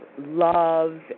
love